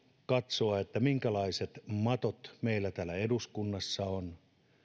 katsoa minkälaiset matot meillä täällä eduskunnassa on